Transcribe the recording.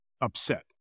upset